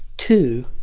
two